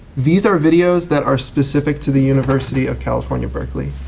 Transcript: these are videos that are specific to the university of california-berkley.